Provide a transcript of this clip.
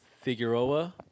Figueroa